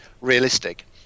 realistic